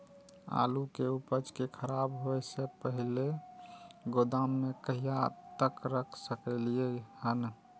आलु के उपज के खराब होय से पहिले गोदाम में कहिया तक रख सकलिये हन?